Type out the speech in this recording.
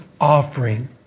offering